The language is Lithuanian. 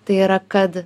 tai yra kad